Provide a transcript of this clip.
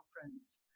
conference